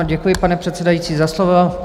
Děkuji, pane předsedající, za slovo.